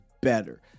better